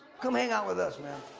come hang out with us man.